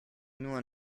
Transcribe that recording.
nur